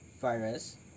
virus